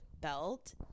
belt